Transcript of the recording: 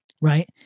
right